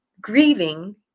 grieving